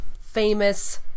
famous